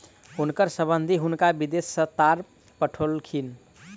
हुनकर संबंधि हुनका विदेश सॅ तार पठौलखिन